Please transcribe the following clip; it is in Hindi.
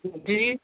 जी